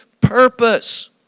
purpose